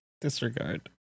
disregard